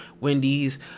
Wendy's